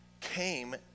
came